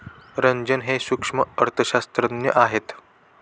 रंजन हे सूक्ष्म अर्थशास्त्रज्ञ आहेत